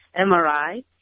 MRI